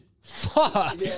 Fuck